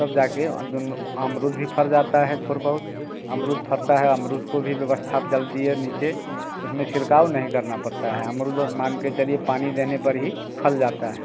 तब जाके अमरुद भी फर जाता है थोड़ा बहुत अमरुद फरता है अमरुद को भी व्यवस्था जल दिए नीचे उसमें छिलकाव नहीं करना पड़ता है अमरुद मान के चलिए पानी देने पर ही फल जाता है